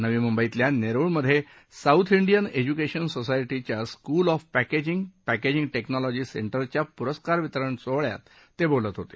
नवी मुंबईतल्या नेरूळमध्ये साऊथ इंडियन एज्युकेशन सोसायांच्या स्कूल ऑफ पॅकेजिंग पॅकेजिंग उन्नॉलॉजी सेंउच्या पुरस्कार वितरण सोहळ्यात ते बोलत होते